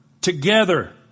Together